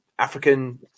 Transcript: African